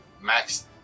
Max